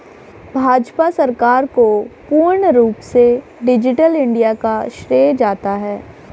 भाजपा सरकार को पूर्ण रूप से डिजिटल इन्डिया का श्रेय जाता है